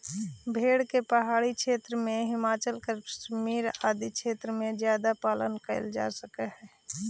भेड़ के पहाड़ी क्षेत्र में, हिमाचल, कश्मीर आदि क्षेत्र में ज्यादा पालन कैल जा हइ